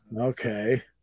Okay